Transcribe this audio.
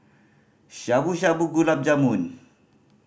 Shabu Shabu Gulab Jamun